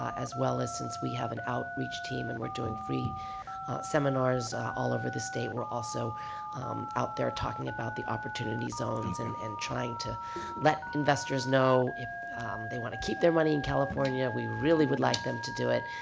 as well as since we have an outreach team, and we're doing free seminars all over the state, we're also out there talking about the opportunity zones and and trying to let investors know, if they want to keep their money in california, we really would like them to do it.